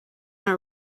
are